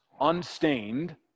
unstained